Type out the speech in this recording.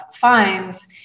fines